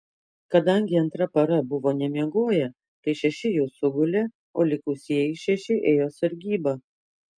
kadangi antra para buvo nemiegoję tai šeši jų sugulė o likusieji šeši ėjo sargybą